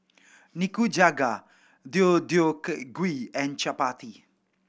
Nikujaga Deodeok gui and Chapati